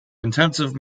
intensive